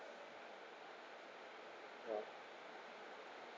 ya